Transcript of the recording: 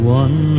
one